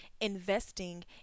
investing